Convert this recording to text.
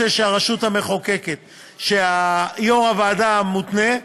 שהרשות המחוקקת, שיו"ר הוועדה המותנה,